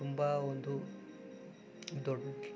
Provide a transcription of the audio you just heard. ತುಂಬ ಒಂದು ದೊಡ್ಡ